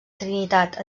trinitat